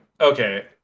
okay